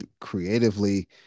creatively